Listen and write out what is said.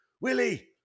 Willie